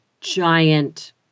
giant